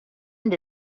and